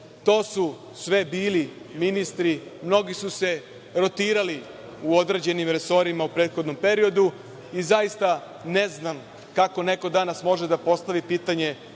to su sve bili ministri. Mnogi su se rotirali u određenim resorima u prethodnom periodu i zaista ne znam kako neko danas može da postavi pitanje